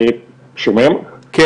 יפה.